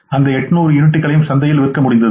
அந்த 800 யூனிட்டுகளையும் சந்தையில் விற்க முடிந்தது